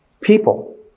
people